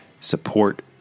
Support